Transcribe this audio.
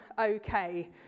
okay